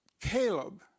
Caleb